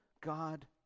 God